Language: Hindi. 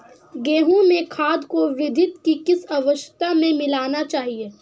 गेहूँ में खाद को वृद्धि की किस अवस्था में मिलाना चाहिए?